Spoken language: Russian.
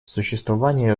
существование